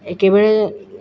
একেবাৰে